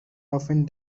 often